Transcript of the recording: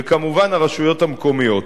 וכמובן הרשויות המקומיות.